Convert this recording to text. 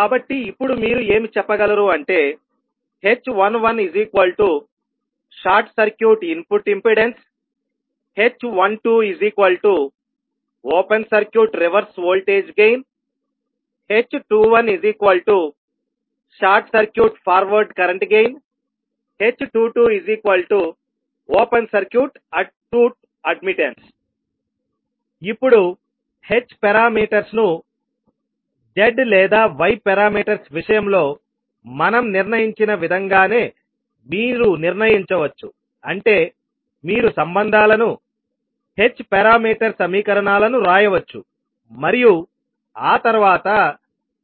కాబట్టి ఇప్పుడు మీరు ఏమి చెప్పగలరు అంటే h11 short circuit input impedance h12 open circuit reverse voltage gain h21 short circuit forward current gain h22 open circuit output admittance ఇప్పుడు h parameters ను z లేదా y పారామీటర్స్ విషయంలో మనం నిర్ణయించిన విధంగానే మీరు నిర్ణయించవచ్చు అంటే మీరు సంబంధాలను h పారామీటర్ సమీకరణాలను వ్రాయవచ్చు మరియు ఆ తర్వాత